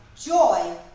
joy